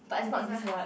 is this one